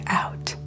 out